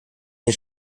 den